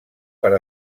per